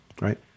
Right